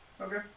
Okay